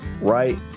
right